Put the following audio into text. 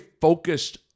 focused